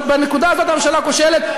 אבל בנקודה הזאת הממשלה כושלת.